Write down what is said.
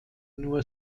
nur